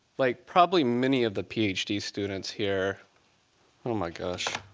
like probably many of the ph d. students here oh my gosh.